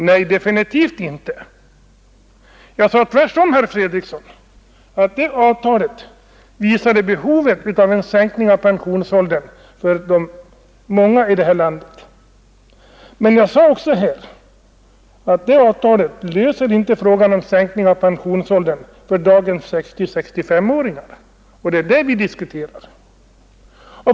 Nej, definitivt inte — jag sade tvärtom, herr Fredriksson, att det avtalet visade behovet av en sänkning av pensionsåldern för de många i det här landet. Men jag sade också att det avtalet löser inte frågan om sänkning av pensionsåldern för dagens 60—6S5-åringar, och det är detta vi diskuterar.